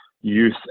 youth